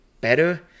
better